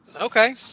Okay